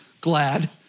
glad